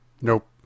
nope